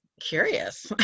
Curious